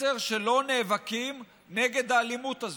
מסר שלא נאבקים נגד האלימות הזאת,